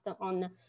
on